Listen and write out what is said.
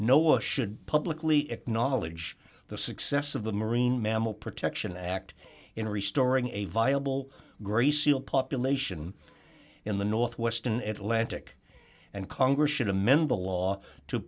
noah should publicly acknowledge the success of the marine mammal protection act in restoring a viable gray seal population in the northwest in atlanta and congress should amend the law to